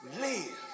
live